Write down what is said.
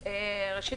ראשית,